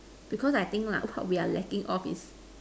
because I think lah what we are lacking of is